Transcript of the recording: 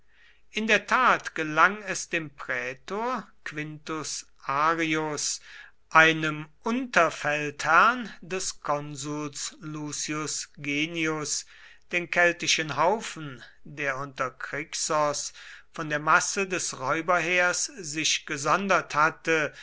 in der tat gelang es dem prätor quintus arrius einem unterfeldherrn des konsuls lucius genius den keltischen haufen der unter krixos von der masse des räuberheers sich gesondert hatte